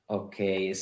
okay